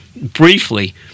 Briefly